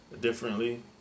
differently